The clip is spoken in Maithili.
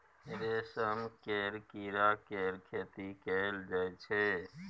रेशम केर कीड़ा केर खेती कएल जाई छै